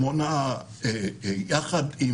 יחד עם